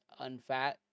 unfat